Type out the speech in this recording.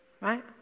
right